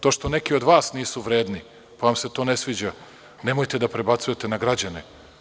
To što neki od vas nisu vredni, pa vam se to ne sviđa, nemojte da prebacujete na građane.